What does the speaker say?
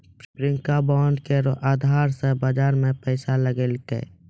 Priyanka bond केरो अधार से बाजार मे पैसा लगैलकै